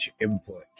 input